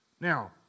Now